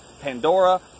Pandora